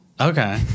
Okay